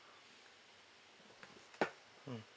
mm